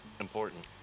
important